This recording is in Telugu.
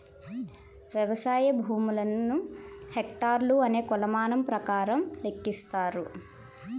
వ్యవసాయ భూములను హెక్టార్లు అనే కొలమానం ప్రకారం లెక్కిస్తారు